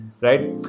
right